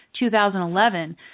2011